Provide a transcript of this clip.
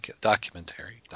documentary